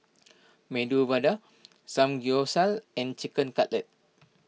Medu Vada Samgyeopsal and Chicken Cutlet